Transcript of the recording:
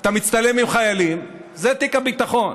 אתה מצטלם עם חיילים, זה תיק הביטחון.